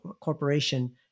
corporation